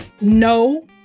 no